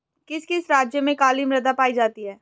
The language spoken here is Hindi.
किस किस राज्य में काली मृदा पाई जाती है?